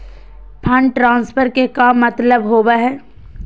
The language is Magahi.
फंड ट्रांसफर के का मतलब होव हई?